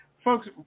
Folks